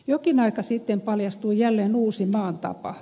jokin aika sitten paljastui jälleen uusi maan tapa